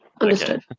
Understood